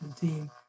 team